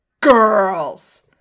girls